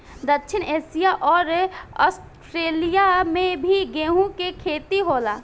दक्षिण एशिया अउर आस्ट्रेलिया में भी गेंहू के खेती होला